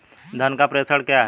धन का प्रेषण क्या है?